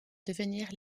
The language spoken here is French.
devenir